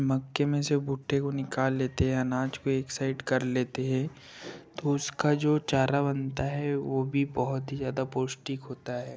मक्के में से भुट्टे को निकाल लेते हैं अनाज पर एक साइड कर लेते हैं तो उसका जो चारा बनता है वो भी बहुत ही जादा पौष्टिक होता है